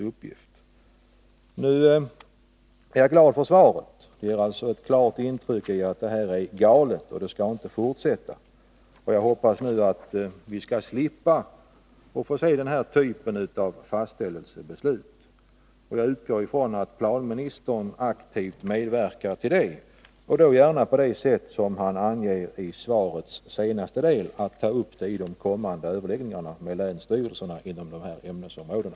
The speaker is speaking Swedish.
Jag är glad för svaret, som ger ett klart intryck av att detta är galet och inte skall fortsätta. Jag hoppas att vi nu skall slippa se den här typen av fastställelsebeslut. Jag utgår från att planministern aktivt medverkar till det, och då gärna på det sätt han anger i svarets senaste del — genom att ta upp frågan i de kommande överläggningarna med länsstyrelserna inom de här ämnesområdena.